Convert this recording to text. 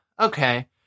Okay